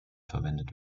verwendet